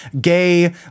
gay